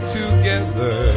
together